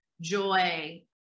joy